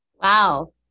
Wow